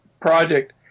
project